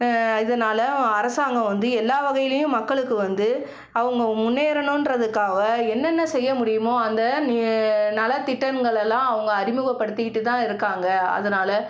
இதனால் அரசாங்கம் வந்து எல்லா வகையிலையும் மக்களுக்கு வந்து அவங்க முன்னேறணுன்றதுக்காக என்னென்ன செய்ய முடியுமோ அந்த நி நலத்திட்டங்களெல்லாம் அவங்க அறிமுகப்படுத்திக்கிட்டுதான் இருக்காங்க அதனாலே